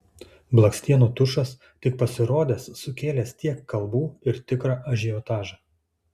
blakstienų tušas tik pasirodęs sukėlęs tiek kalbų ir tikrą ažiotažą